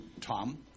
Tom